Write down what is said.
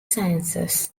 sciences